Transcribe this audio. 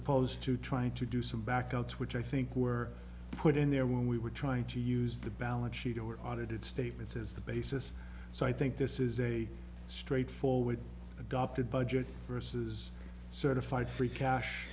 opposed to trying to do some back ups which i think were put in there when we were trying to use the balance sheet or audited statements as the basis so i think this is a straight forward adopted budget versus certified free cash